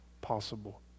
possible